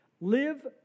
live